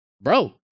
bro